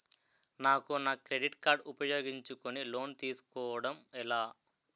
నాకు నా credit card ఉపయోగించుకుని లోన్ తిస్కోడం ఎలా?